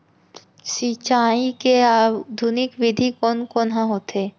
सिंचाई के आधुनिक विधि कोन कोन ह होथे?